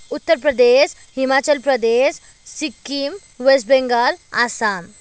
Uttar Pradesh Himachal Pradesh Sikkim west Bengal Assam